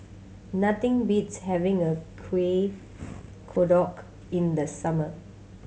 nothing beats having a Kuih Kodok in the summer